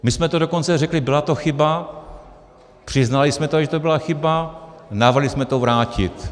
My jsme to dokonce řekli byla to chyba, přiznali jsme, že to byla chyba, a navrhli jsme to vrátit.